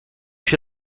się